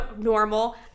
normal